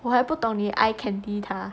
我还不懂你 eye candy 他